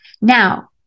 now